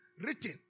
written